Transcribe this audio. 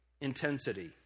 Intensity